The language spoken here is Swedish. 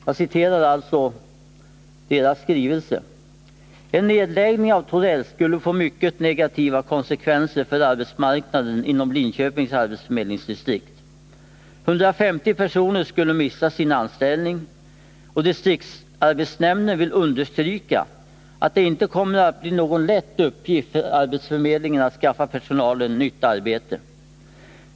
Jag citerar alltså ur dess skrivelse: ”En nedläggning av Torells skulle få mycket negativa konsekvenser för arbetsmarknaden inom Linköpings arbetsförmedlingsdistrikt. 150 personer skulle mista sin anställning, och distriktsarbetsnämnden vill understryka, att stadsföretag från det inte kommer att bli någon lätt uppgift för arbetsförmedlingen att skaffa Östergötland till personalen nytt arbete.